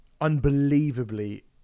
unbelievably